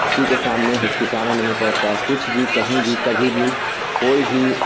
کسی کے سامنے ہچکچانا نہیں پڑتا ہے کچھ بھی کہیں بھی کبھی بھی کوئی بھی